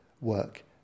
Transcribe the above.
work